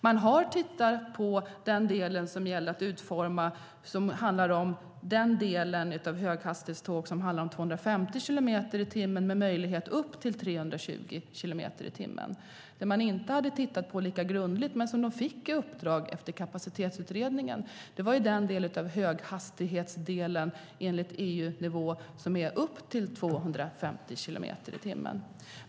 Man har tittat på den del som handlar om höghastighetståg på 250 kilometer i timmen med möjlighet upp till 320 kilometer i timmen. Det man inte har tittat på lika grundligt men som man fick i uppdrag att göra efter Kapacitetsutredningen är den höghastighetsdel enligt EU-nivå som är upp till 250 kilometer i timmen.